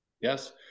Yes